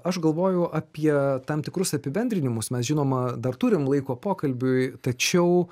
aš galvoju apie tam tikrus apibendrinimus mes žinoma dar turim laiko pokalbiui tačiau